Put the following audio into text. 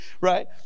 Right